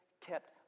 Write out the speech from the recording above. kept